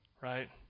right